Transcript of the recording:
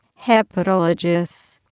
Hepatologists